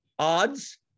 Odds